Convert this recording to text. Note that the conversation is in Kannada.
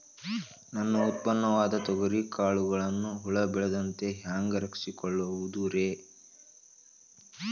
ನನ್ನ ಉತ್ಪನ್ನವಾದ ತೊಗರಿಯ ಕಾಳುಗಳನ್ನ ಹುಳ ಬೇಳದಂತೆ ಹ್ಯಾಂಗ ರಕ್ಷಿಸಿಕೊಳ್ಳಬಹುದರೇ?